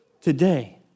today